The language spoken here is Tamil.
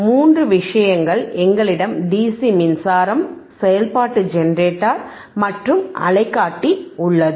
3 விஷயங்கள் எங்களிடம் டிசி மின்சாரம் செயல்பாட்டு ஜெனரேட்டர் மற்றும் அலைக்காட்டி உள்ளது